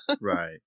Right